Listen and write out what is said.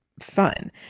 fun